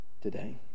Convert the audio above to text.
today